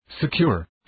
secure